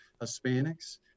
Hispanics